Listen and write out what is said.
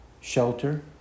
shelter